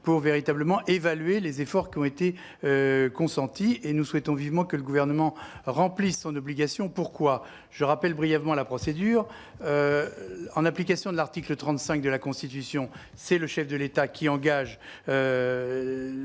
Gouvernement pour évaluer les efforts consentis. Nous souhaitons vivement que le Gouvernement remplisse son obligation. Pourquoi ? Je rappelle brièvement la procédure : en application de l'article 35 de la Constitution, c'est le chef de l'État qui engage